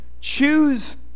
choose